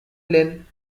lynn